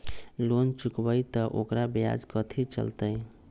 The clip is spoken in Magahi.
लोन चुकबई त ओकर ब्याज कथि चलतई?